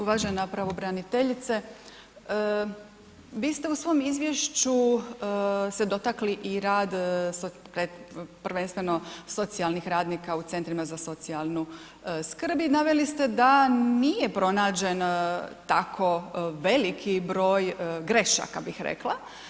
Uvažena pravobraniteljice vi ste u svom izvješću dotakli se i rad, prvenstveno socijalnih radnika u centrima za socijalnu skrb i naveli ste da nije pronađen tako veliki broj grešaka, bih rekla.